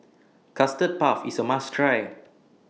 Custard Puff IS A must Try